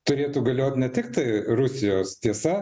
turėtų galiot ne tiktai rusijos tiesa